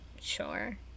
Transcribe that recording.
sure